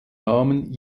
namen